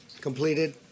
completed